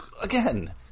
again